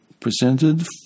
presented